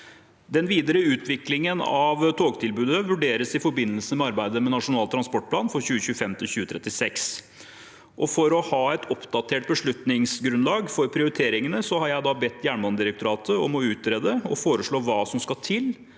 Den videre utviklingen av togtilbudet vurderes i forbindelse med arbeidet med Nasjonal transportplan for 2025–2036. For å ha et oppdatert beslutningsgrunnlag for prioriteringene har jeg bedt Jernbanedirektoratet om å utrede og foreslå hva som skal til